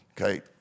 Okay